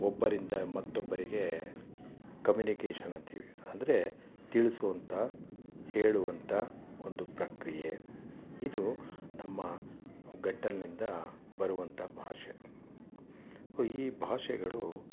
ಒಬ್ಬರಿಂದ ಮತ್ತೊಬ್ಬರಿಗೆ ಕಮ್ಯುನಿಕೇಷನ್ ಅಂತೀವಿ ಅಂದರೆ ತಿಳಿಸುವಂಥ ಹೇಳುವಂಥ ಒಂದು ಪ್ರಕ್ರಿಯೆ ಇದು ನಮ್ಮ ಗಂಟಲಿನಿಂದ ಬರುವಂಥ ಭಾಷೆ ಈ ಭಾಷೆಗಳು